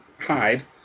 hide